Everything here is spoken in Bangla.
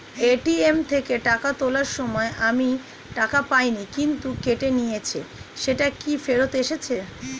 এ.টি.এম থেকে টাকা তোলার সময় আমি টাকা পাইনি কিন্তু কেটে নিয়েছে সেটা কি ফেরত এসেছে?